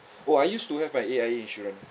oh I used to have a A_I_A insurance